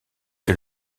est